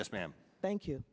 yes ma'am thank you